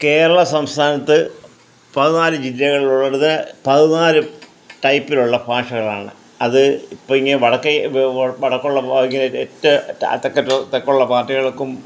കേരള സംസ്ഥാനത്ത് പതിനാല് ജില്ലകൾ ഉള്ളടുത്ത് പതിനാല് ടൈപ്പിലുള്ള ഭാഷകളാണ് അത് ഇപ്പം ഇങ്ങ വടക്കേ വടക്കുള്ള ഇങ്ങേ അറ്റ അറ്റത്തേക്കുള്ള തെക്കുള്ള പാർട്ടികൾക്കും